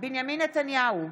בנימין נתניהו,